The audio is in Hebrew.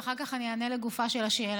ואחר כך אני אענה לגופה של השאלה.